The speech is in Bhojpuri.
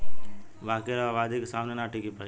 बाकिर अब आबादी के सामने ना टिकी पाई